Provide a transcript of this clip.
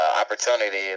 opportunity